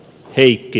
heikki